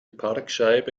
parkscheibe